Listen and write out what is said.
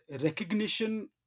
recognition